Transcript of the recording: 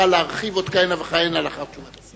נוכל להרחיב עוד כהנה וכהנה לאחר תשובה.